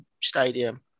stadium